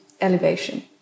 elevation